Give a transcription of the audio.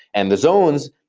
and the zones,